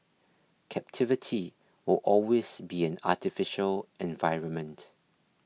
captivity will always be an artificial environment